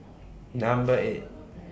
Number eight